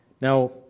Now